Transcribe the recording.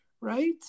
right